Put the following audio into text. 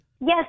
Yes